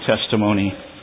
testimony